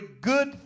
good